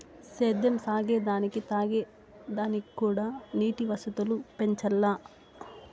సేద్యం సాగే దానికి తాగే దానిక్కూడా నీటి వసతులు పెంచాల్ల